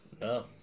No